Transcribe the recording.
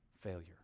failure